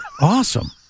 Awesome